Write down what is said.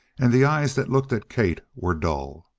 and the eyes that looked at kate were dull.